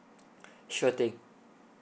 sure thing